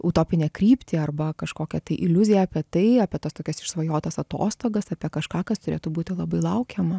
utopinę kryptį arba kažkokią tai iliuziją apie tai apie tas tokias išsvajotas atostogas apie kažką kas turėtų būti labai laukiama